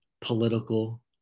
political